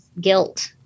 guilt